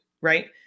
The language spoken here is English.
right